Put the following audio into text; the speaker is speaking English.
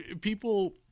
people